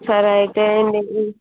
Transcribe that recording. సరే అయితే రెండు ఇవ్వు